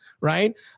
right